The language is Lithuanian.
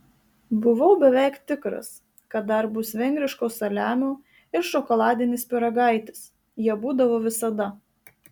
buvau beveik tikras kad dar bus vengriško saliamio ir šokoladinis pyragaitis jie būdavo visada